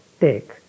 take